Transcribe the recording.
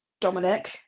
Dominic